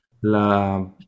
la